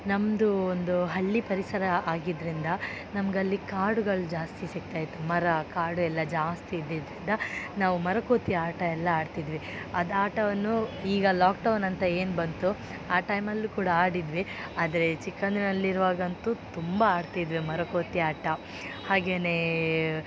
ನಮ್ಮದು ಒಂದು ಹಳ್ಳಿ ಪರಿಸರ ಆಗಿದ್ದರಿಂದ ನಮಗಲ್ಲಿ ಕಾಡುಗಳು ಜಾಸ್ತಿ ಸಿಗ್ತಾಯಿತ್ತು ಮರ ಕಾಡು ಎಲ್ಲ ಜಾಸ್ತಿ ಇದ್ದಿದ್ದರಿಂದ ನಾವು ಮರಕೋತಿ ಆಟ ಎಲ್ಲ ಆಡ್ತಿದ್ವಿ ಅದು ಆಟವನ್ನು ಈಗ ಲಾಕ್ಡೌನ್ ಅಂತ ಏನು ಬಂತು ಆ ಟೈಮಲ್ಲು ಕೂಡ ಆಡಿದ್ವಿ ಆದರೆ ಚಿಕ್ಕಂದಿನಲ್ಲಿರುವಾಗ ಅಂತು ತುಂಬ ಆಡ್ತಿದ್ವಿ ಮರಕೋತಿ ಆಟ ಹಾಗೆಯೇ